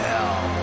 Hell